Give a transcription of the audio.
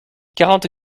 quarante